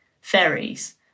ferries